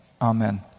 Amen